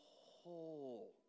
whole